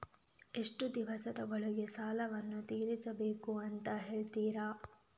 ಎಷ್ಟು ದಿವಸದ ಒಳಗೆ ಸಾಲವನ್ನು ತೀರಿಸ್ಬೇಕು ಅಂತ ಹೇಳ್ತಿರಾ?